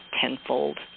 tenfold